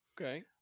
Okay